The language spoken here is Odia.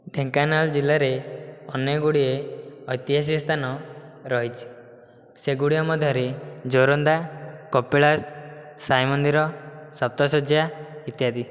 ଢେଙ୍କାନାଳ ଜିଲ୍ଲାରେ ଅନେକ ଗୁଡ଼ିଏ ଐତିହାସିକ ସ୍ଥାନ ରହିଛି ସେଗୁଡିକ ମଧ୍ୟରେ ଯୋରନ୍ଦା କପିଳାଶ ସାଇ ମନ୍ଦିର ସପ୍ତଶଯ୍ୟା ଇତ୍ୟାଦି